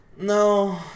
No